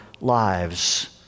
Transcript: lives